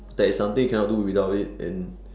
that is something you cannot do without it and